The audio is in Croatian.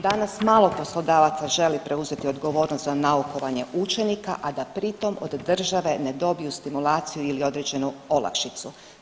Danas malo poslodavaca želi preuzeti odgovornost za naukovanje učenika, a da pritom od države ne dobiju stimulaciju ili određenu olakšicu.